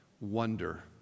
Wonder